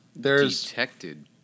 Detected